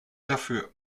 dafür